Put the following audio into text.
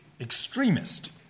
extremist